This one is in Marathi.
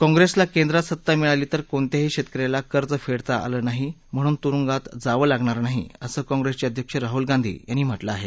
काँप्रेसला केंद्रात सत्ता मिळाली तर कोणत्याही शेतकऱ्याला कर्ज फेडता आलं नाही म्हणून तुरुंगात जावं लागणार नाही असं काँप्रेसचे अध्यक्ष राहुल गांधी यांनी म्हटलं आहे